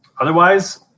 Otherwise